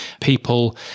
people